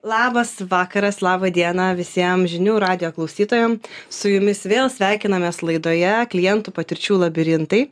labas vakaras laba diena visiem žinių radijo klausytojam su jumis vėl sveikinamės laidoje klientų patirčių labirintai